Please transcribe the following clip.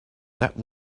that